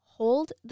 Hold